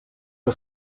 que